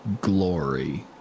glory